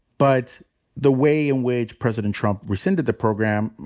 but the way in which president trump rescinded the program,